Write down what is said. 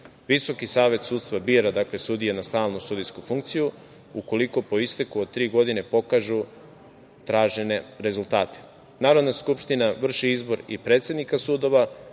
Visoki savet sudstva bira sudije na stalnu sudijsku funkciju, ukoliko po isteku od tri godine pokažu tražene rezultate. Narodna skupština vrši izbor i predsednika sudova,